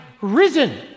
risen